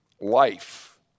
life